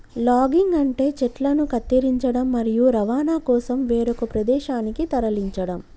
logging అంటే చెట్లను కత్తిరించడం, మరియు రవాణా కోసం వేరొక ప్రదేశానికి తరలించడం